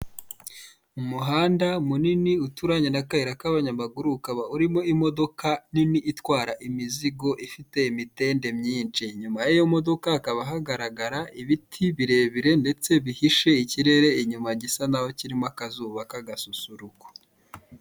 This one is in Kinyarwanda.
Umuhanda munini uturanye n'akayira k'abanyamaguru, ukaba urimo imodoka nini itwara imizigo, ifite imitende myinshi. Inyuma y'iyo modoka hakaba hagaragara ibiti birebire ndetse bihishe ikirere inyuma, gisa n'aho kirimo akazuba k'agasusuruko.